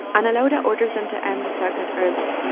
ana laura orders them to end the segment early.